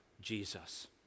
Jesus